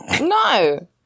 No